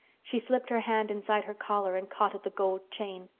she slipped her hand inside her collar and caught at the gold chain.